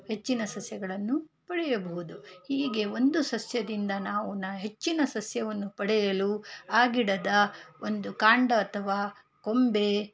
ಹೆಚ್ಚಿನ ಸಸ್ಯಗಳನ್ನು ಪಡೆಯಬಹುದು ಹೀಗೆ ಒಂದು ಸಸ್ಯದಿಂದ ನಾವು ಹೆಚ್ಚಿನ ಸಸ್ಯವನ್ನು ಪಡೆಯಲು ಆ ಗಿಡದ ಒಂದು ಕಾಂಡ ಅಥವಾ ಕೊಂಬೆ